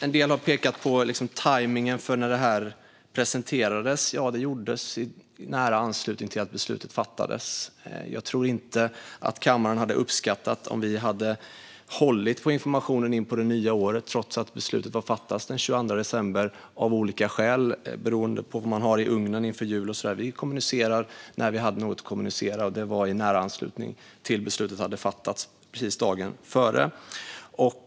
En del har pekat på tajmningen för när detta presenterades. Det gjordes i nära anslutning till att beslutet fattades. Jag tror inte att kammaren hade uppskattat om vi hade hållit på informationen in på det nya året trots att beslutet var fattat den 22 december - av olika skäl, beroende på vad man har i ugnen inför jul och så vidare. Vi kommunicerade när vi hade någonting att kommunicera, och det var i nära anslutning till att beslutet hade fattats dagen innan.